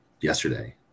yesterday